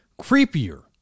creepier